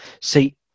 See